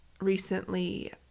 recently